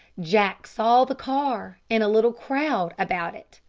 jack saw the car and a little crowd about it.